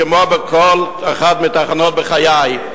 כמו בכל אחת מהתחנות בחיי.